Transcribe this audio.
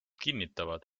kinnitavad